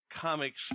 comics